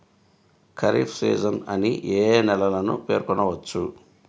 Kharif season అని ఏ ఏ నెలలను పేర్కొనవచ్చు?